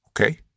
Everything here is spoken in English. Okay